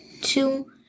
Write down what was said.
two